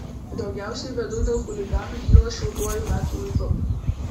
daugiausiai bėdų dėl chuliganų kyla šiltuoju metų laiku